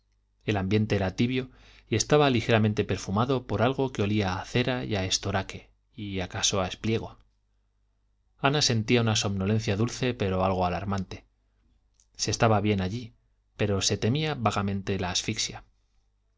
el ambiente era tibio y estaba ligeramente perfumado por algo que olía a cera y a estoraque y acaso a espliego ana sentía una somnolencia dulce pero algo alarmante se estaba allí bien pero se temía vagamente la asfixia